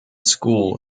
school